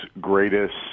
greatest